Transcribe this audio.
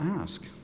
ask